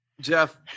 Jeff